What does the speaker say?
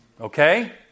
Okay